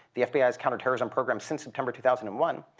the fbi's counter-terrorism program since september two thousand and one,